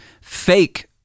fake